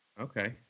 Okay